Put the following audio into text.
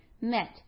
met